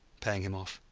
paying him off.